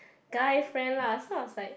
guy friend lah so I was like